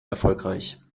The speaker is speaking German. erfolgreich